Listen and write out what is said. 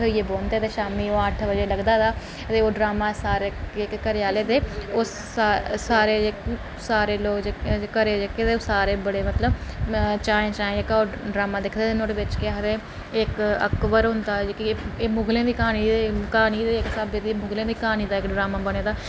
किट्ठे होइयै बौहंदे ते शामीं ओह् अट्ठ बजे लगदा ते ओह् ड्रामां सारे घरै आह्ले ते उस सारे जेह्के सारे लोग जेह्के घरै दे ओह् मतलब चाऐं चाऐं ड्रामां दि ते नुहाड़े बिच केह् आखदे इक्क अकबर होंदा एह् केह् आखदे मुगलें दी क्हानी ते इक्क स्हाबै दी इक्क मुगलें दी क्हानी दा ड्रामां बने दा